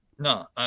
No